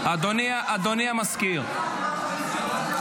האם היה סיכום שהשר יודיע --- אני באתי